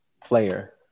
player